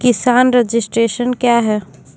किसान रजिस्ट्रेशन क्या हैं?